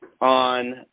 on